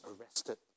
arrested